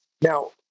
Now